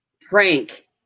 prank